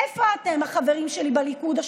איפה אתם, השותפים שלי בליכוד?